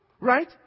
Right